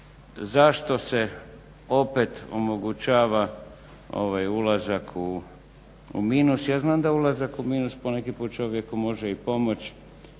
Zašto se opet omogućava ovaj ulazak u minus. Ja znam da ulazak u minus poneki put čovjeku može i pomoći,